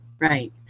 right